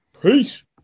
Peace